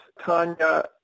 Tanya